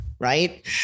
right